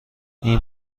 این